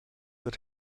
that